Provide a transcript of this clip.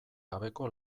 gabeko